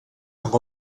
amb